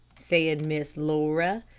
said miss laura.